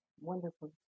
wonderful